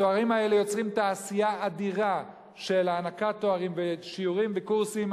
התארים האלה יוצרים תעשייה אדירה של הענקת תארים ושיעורים בקורסים.